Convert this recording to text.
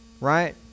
right